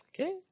Okay